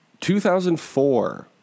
2004